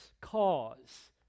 cause